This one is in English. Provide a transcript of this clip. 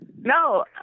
No